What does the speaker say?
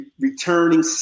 returning